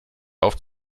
auf